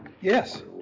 Yes